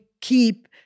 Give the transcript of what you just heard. keep